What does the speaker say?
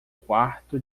quarto